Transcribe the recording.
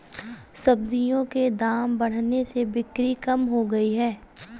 सब्जियों के दाम बढ़ने से बिक्री कम हो गयी है